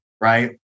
Right